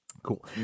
cool